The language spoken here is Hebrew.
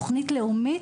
תוכנית לאומית,